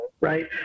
right